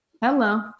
Hello